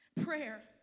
Prayer